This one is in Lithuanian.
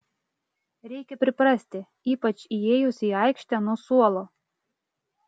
reikia priprasti ypač įėjus į aikštę nuo suolo